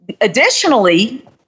additionally